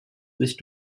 sich